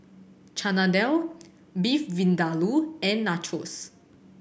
Chana Dal Beef Vindaloo and Nachos